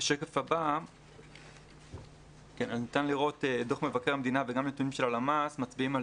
בשקף הבא ניתן לראות את דוח מבקר המדינה וגם נתונים של הלמ"ס מצביעים על